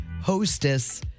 hostess